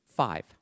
Five